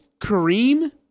Kareem